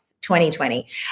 2020